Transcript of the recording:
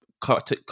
cut